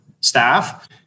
staff